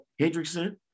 Hendrickson